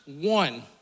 one